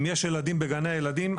אם יש ילדים בגני הילדים.